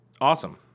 awesome